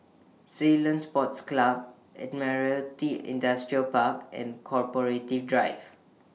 Ceylon Sports Club Admiralty Industrial Park and corporative Drive